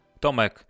Tomek